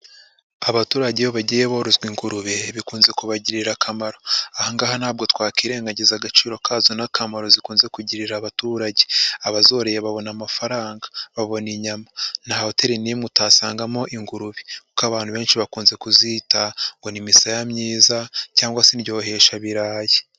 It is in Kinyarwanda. Abaturage iyo bagiye borozwa ingurube bikunze kubagirira akamaro. Ahangaha ntabwo twakirengagiza agaciro kazo n'akamaro zikunze kugirira abaturage, abazoroye babona amafaranga, babona inyama. Nta hoteri nimwe utasangamo ingurube kuko abantu benshi bakunze kuzita ngo ni misaya myiza cyangwa se indyoheshabirarayi.